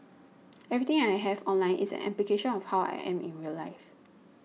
everything I have online is an application of how I am in real life